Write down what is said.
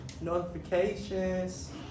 Notifications